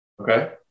Okay